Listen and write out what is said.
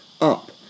up